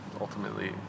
ultimately